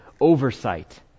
oversight